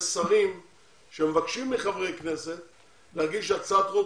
יש שרים שמבקשים מחברי כנסת להגיש הצעת חוק